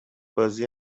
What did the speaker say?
بازی